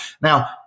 Now